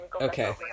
Okay